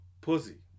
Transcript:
pussy